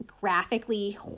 graphically